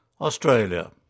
Australia